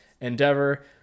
Endeavor